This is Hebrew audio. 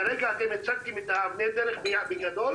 כרגע אתם הצגתם את אבני הדרך בגדול,